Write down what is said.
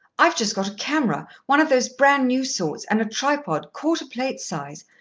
i've just got a camera, one of those bran-new sorts, and a tripod, quarter-plate size.